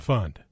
Fund